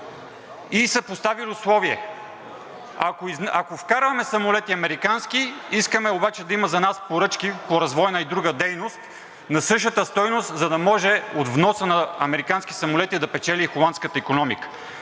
са и условие: ако вкарваме американски самолети, искаме обаче да има за нас поръчки по развойна и друга дейност на същата стойност, за да може от вноса на американски самолети да печели и холандската икономика.